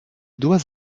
dois